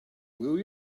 will